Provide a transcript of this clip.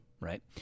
right